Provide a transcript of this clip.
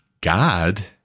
God